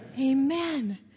Amen